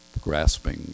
grasping